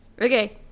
Okay